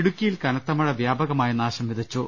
ഇടുക്കിയിൽ കനത്ത മഴ വ്യാപകമായ നാശം വിതച്ചു